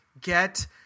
get